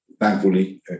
thankfully